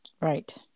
Right